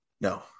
No